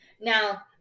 Now